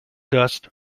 dust